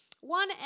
one